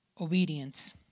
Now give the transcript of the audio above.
obedience